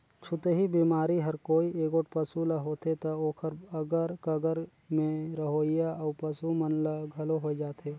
छूतही बेमारी हर कोई एगोट पसू ल होथे त ओखर अगर कगर में रहोइया अउ पसू मन ल घलो होय जाथे